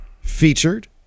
featured